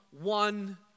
one